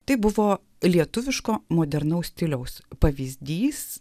tai buvo lietuviško modernaus stiliaus pavyzdys